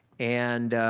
and